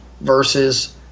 versus